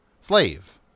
slave